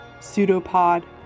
Pseudopod